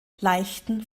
leichten